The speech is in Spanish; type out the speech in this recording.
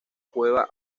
cueva